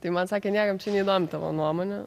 tai man sakė niekam čia neįdomu tavo nuomonė